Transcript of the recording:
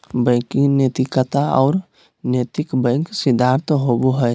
banking नैतिकता और नैतिक बैंक सिद्धांत होबो हइ